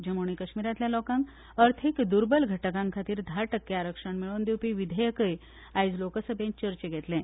जम्मू आनी कश्मीरांतल्या लोकांक अर्थीक दूर्बल घटकां खातीर धा टक्के आरक्षण मेळोवन दिवपी विधेयकूय आज लोकसभेंत चर्चेक येतलें